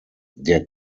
der